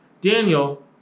Daniel